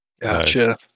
Gotcha